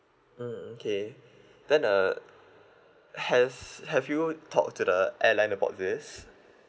mm okay then uh has have you talked to the airline about this